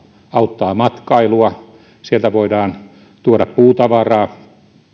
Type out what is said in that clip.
auttaa matkailua sieltä voidaan tuoda puutavaraa